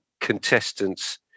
contestants –